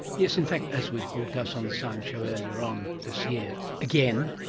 yes, in fact as we broadcast on the science show earlier on this year, again,